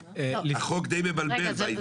החוק די מבלבל בעניין הזה.